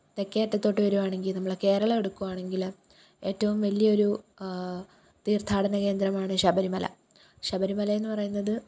തെക്കേ അറ്റത്തോട്ട് വരുവാണെങ്കിൽ നമ്മൾ കേരളം എടുക്കുവാണെങ്കിൽ ഏറ്റവും വലിയ ഒരു തീർത്ഥാടന കേന്ദ്രമാണ് ശബരിമല ശബരിമല എന്ന് പറയുന്നത്